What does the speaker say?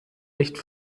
nicht